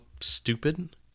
stupid